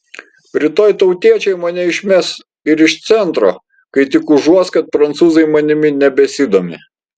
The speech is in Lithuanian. rytoj tautiečiai mane išmes ir iš centro kai tik užuos kad prancūzai manimi nebesidomi